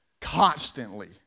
constantly